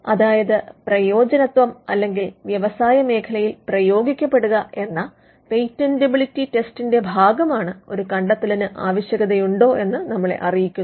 അതായത് പ്രയോജനത്വം അല്ലെങ്കിൽ വ്യവസായ മേഖലയിൽ പ്രയോഗിക്കപ്പെടുക എന്ന പേറ്റന്റബിലിറ്റി ടെസ്റ്റിന്റെ ഭാഗമാണ് ഒരു കണ്ടെത്തലിന് ആവശ്യകത ഉണ്ടോ എന്ന് നമ്മളെ അറിയിക്കുന്നത്